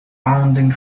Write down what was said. founding